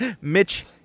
Mitch